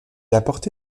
apporté